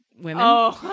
women